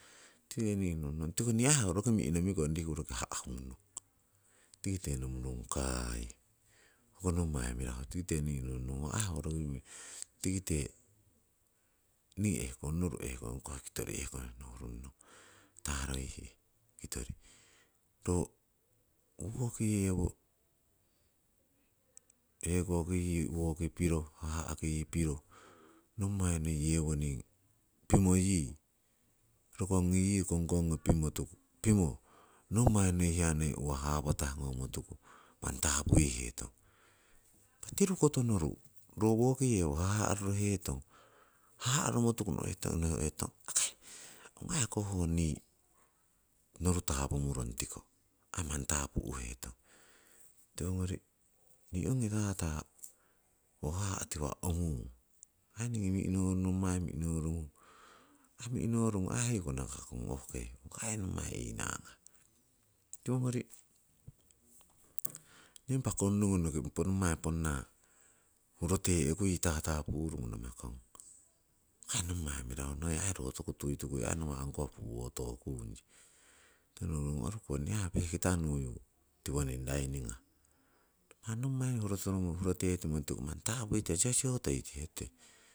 Tikite nohun nong nii aii ho roki minomikong riku a'hunnon. Tikite nomurong akai hoko nommai mirahu, tikite ningii nohunnong ho aii oh roki mi'nomirong. Tikite mi'norung ong koh kitori ehkon nohurunnong, torohihe kitori, ro woki yii yewoi hekoki yii yewo piro haha'ki yii piroh, nommai noi yewoning pimoh yii, rokong ngi kongkongi pimo nommai noi uwa hapatah ngomotuku manni tapuihetong, impah tiru koto noru woki yewo haha roro eton, haharoro motuku noheton akai hong aii ko ni noru topumurong tikoh, aii manni tapuihetong, tiwogori ni hongi tata oh haha tiwa omung, aii igi oh nommai minorogu aii oigi nakakun hong ai nommai anagah tiwogori ni impah konnogon nommai ponna urote'ku yii tata purungu namakong. Hong i nommai mirahu no rotuku tuitukui nawah oh hong koh puhotogon, tikoh nohunnon oruko nii aii oh pehkita nuyu tiwoning rainingah, hiya nommai uroteitimo tutiku manni tapuitihetute, sihosiho toitihetute.